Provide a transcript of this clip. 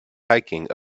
hiking